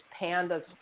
PANDAS